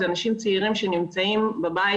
אלה אנשים צעירים שנמצאים בבית,